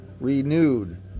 renewed